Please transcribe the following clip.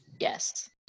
yes